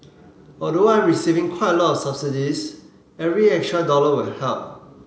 although I'm receiving quite a lot subsidies every extra dollar will help